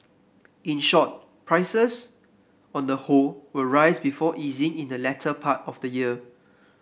in short prices on the whole will rise before easing in the latter part of the year